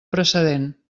precedent